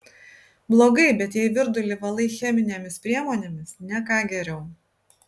blogai bet jei virdulį valai cheminėmis priemonėmis ne ką geriau